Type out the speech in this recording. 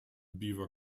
beaver